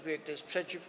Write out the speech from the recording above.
Kto jest przeciw?